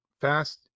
fast